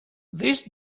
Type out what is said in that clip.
this